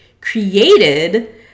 created